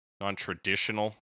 non-traditional